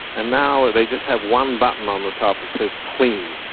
and now they just have one button on the top that says clean.